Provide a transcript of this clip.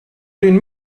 den